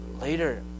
later